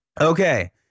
Okay